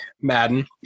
Madden